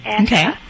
Okay